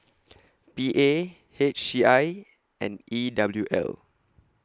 P A H C I and E W L